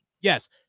yes